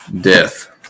death